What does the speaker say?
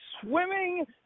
swimming